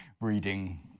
reading